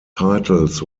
titles